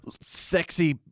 sexy